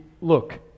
look